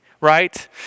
right